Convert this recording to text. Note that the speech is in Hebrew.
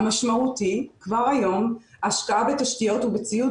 המשמעות היא כבר היום השקעה בתשתיות ובציוד